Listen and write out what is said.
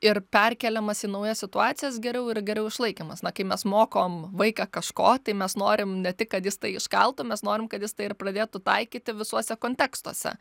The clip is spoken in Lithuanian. ir perkeliamas į naujas situacijas geriau ir geriau išlaikymas na kai mes mokom vaiką kažko tai mes norim ne tik kad jis tai iškaltų mes norim kad jis tai ir pradėtų taikyti visuose kontekstuose